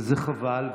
וזה חבל.